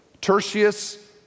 Tertius